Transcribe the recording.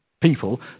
people